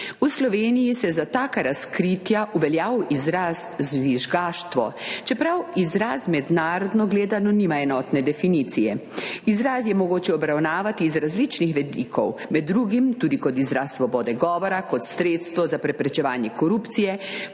V Sloveniji se je za taka razkritja uveljavil izraz žvižgaštvo, čeprav izraz mednarodno gledano nima enotne definicije. Izraz je mogoče obravnavati z različnih vidikov, med drugim tudi kot izraz svobode govora, kot sredstvo za preprečevanje korupcije,